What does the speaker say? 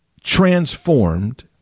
transformed